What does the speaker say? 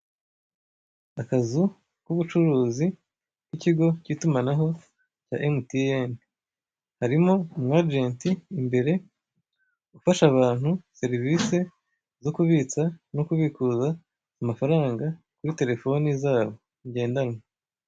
Akazu k'ubucuruzi k'ikigo k'itumanaho cya emutiyene, harimo umwajenti imbere ufasha abantu serivise zo kubitsa no kubikuza amafaranga kuri terefone zabo ngendanwa.